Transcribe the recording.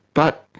but,